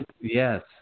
yes